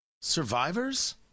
survivors